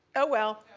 oh well,